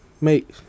mate